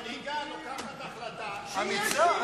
המנהיגה לוקחת החלטה אמיצה,